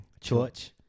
Church